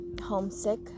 homesick